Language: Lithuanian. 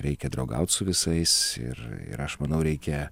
reikia draugaut su visais ir ir aš manau reikia